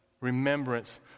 remembrance